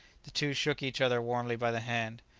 the two shook each other warmly by the hand.